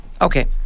Okay